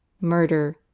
murder